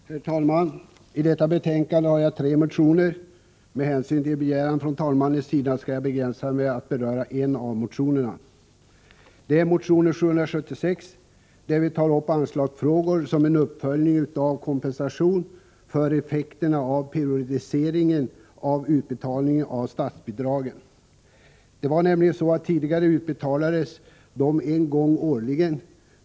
Herr talman! I anslutning till detta betänkande har jag tre motioner. Med hänsyn till en begäran från talmannen skall jag begränsa mig till att beröra en av motionerna. Det är motion 1776, där vi tar upp anslagsfrågor som en uppföljning av kompensation för effekterna av periodisering av utbetalningen av statsbidraget. Tidigare utbetalades det nämligen en gång årligen.